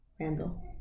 Randall